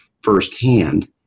firsthand